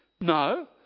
No